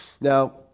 Now